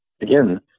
again